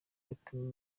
yatumye